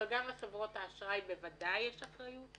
אבל גם לחברות האשראי בוודאי יש אחריות